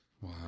Wow